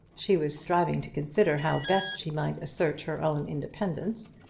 she was striving to consider how best she might assert her own independence.